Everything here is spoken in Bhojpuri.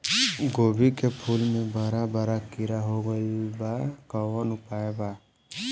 गोभी के फूल मे बड़ा बड़ा कीड़ा हो गइलबा कवन उपाय बा?